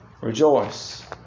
Rejoice